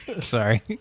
Sorry